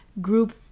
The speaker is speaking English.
group